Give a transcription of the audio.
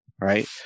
right